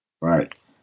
Right